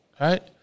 right